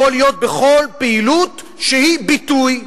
יכול להיות בכל פעילות שהיא ביטוי,